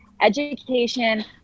Education